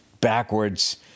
backwards